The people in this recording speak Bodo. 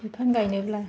बिफां गायनोब्ला